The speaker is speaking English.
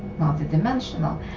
multidimensional